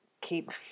keep